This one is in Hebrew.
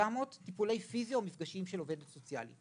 טיפולים פיזיים או מפגשים של עובדת סוציאלית.